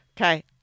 Okay